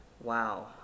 Wow